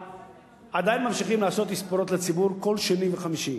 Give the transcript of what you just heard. עדיין ממשיכים לעשות תספורות לציבור כל שני וחמישי.